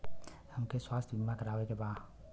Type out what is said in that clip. हमके स्वास्थ्य बीमा करावे के बा?